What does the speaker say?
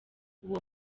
uwo